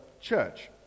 church